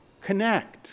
Connect